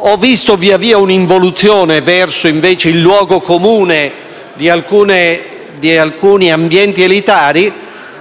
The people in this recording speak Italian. ho visto via via un'involuzione verso, invece, il luogo comune di alcuni ambienti elitari,